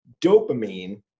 dopamine